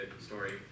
story